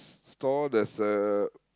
s~ store there's a